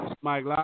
Mike